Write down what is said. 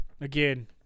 again